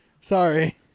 Sorry